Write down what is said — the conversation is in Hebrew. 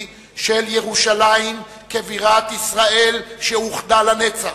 של ירושלים כבירת ישראל שאוחדה לנצח.